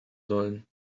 sollen